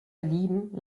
lieben